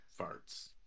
farts